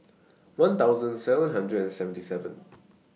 one thousand seven hundred and seventy seven